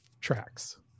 tracks